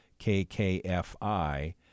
KKFI